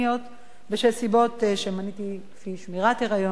בשל סיבות של שמירת היריון וכיוצא בזה.